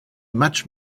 much